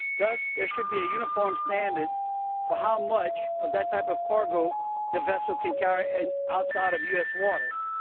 thus there should be a uniform standard for how much of that type of cargo the vessel could carry and outside of u s. waters.